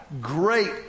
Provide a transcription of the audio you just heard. great